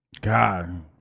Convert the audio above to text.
god